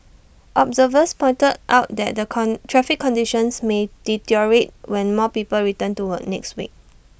observers pointed out that the con traffic conditions may deteriorate when more people return to work next week